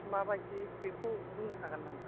माबायदि बेखौ बुंनो हागोन नामा